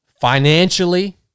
financially